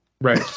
Right